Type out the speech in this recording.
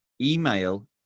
email